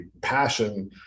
passion